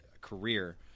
career